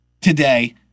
today